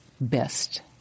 best